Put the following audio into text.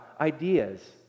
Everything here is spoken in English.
ideas